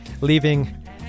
leaving